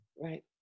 Right